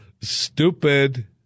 Stupid